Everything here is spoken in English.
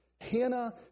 Hannah